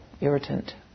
irritant